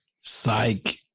Psych